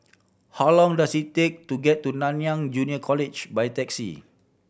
how long does it take to get to Nanyang Junior College by taxi